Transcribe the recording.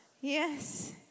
Yes